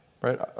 right